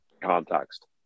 context